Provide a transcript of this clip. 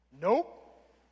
Nope